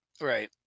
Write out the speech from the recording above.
right